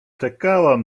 czekałam